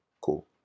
Cool